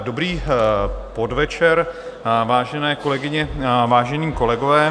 Dobrý podvečer, vážené kolegyně, vážení kolegové.